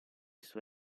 sua